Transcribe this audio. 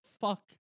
fuck